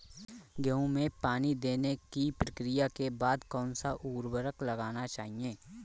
गेहूँ में पानी देने की प्रक्रिया के बाद कौन सा उर्वरक लगाना चाहिए?